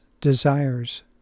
desires